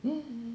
mm